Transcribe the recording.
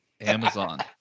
Amazon